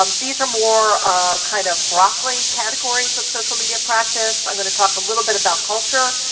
um these are more kind of broccoli categories of social media practice. i'm going to talk a little bit about culture,